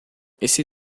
esse